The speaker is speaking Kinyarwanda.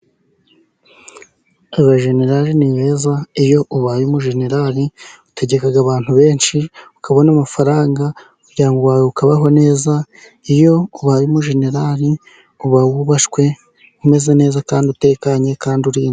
Abajenerali ni beza. Iyo ubaye umujenerali utegeka abantu benshi, ukabona amafaranga umuryango wawe ukabaho neza. Iyo ubaye umujenerali uba wubashywe, umeze neza kandi utekanye, kandi urinzwe.